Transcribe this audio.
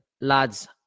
lads